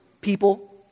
people